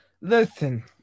listen